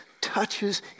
touches